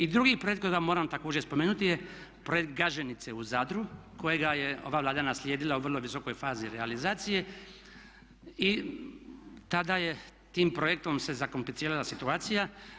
I drugi projekt kojega moram također spomenuti je projekt Gaženice u zadru kojega je ova Vlada naslijedila u vrlo visokoj fazi realizacije i tada je tim projektom se zakomplicirala situacija.